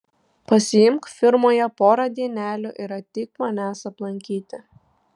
pasiimk firmoje porą dienelių ir ateik manęs aplankyti